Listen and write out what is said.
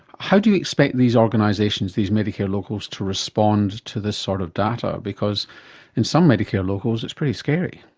how do you expect these organisations, these medicare locals, to respond to this sort of data, because in some medicare locals it's pretty scary.